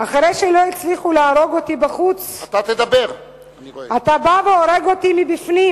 "אחרי שלא הצליחו להרוג אותי בחוץ / אתה בא והורג אותי מבפנים